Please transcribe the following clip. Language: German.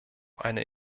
eine